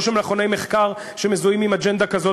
לא של מכוני מחקר שמזוהים עם אג'נדה כזאת,